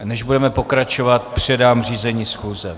Než budeme pokračovat, předám řízení schůze.